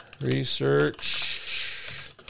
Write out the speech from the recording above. Research